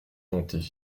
monter